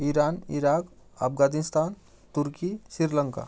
Iran Iraq Afghanistan turkey Sri Lanka